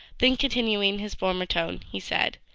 then continuing his former tone, he said,